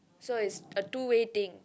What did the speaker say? so it's a two way thing